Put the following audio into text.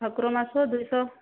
ଭାକୁରମାଛ ଦୁଇଶହ